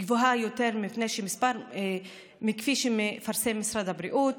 גבוהה יותר מכפי שמפרסם משרד הבריאות.